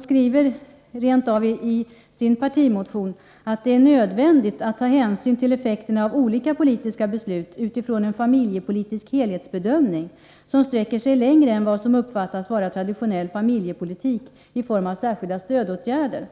skriver rent av i sin partimotion att det är nödvändigt att ta hänsyn till effekterna av olika politiska beslut utifrån en familjepolitisk helhetsbedömning som sträcker sig längre än vad som uppfattas vara traditionell familjepolitik i form av särskilda stödåtgärder.